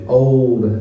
old